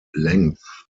length